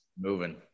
moving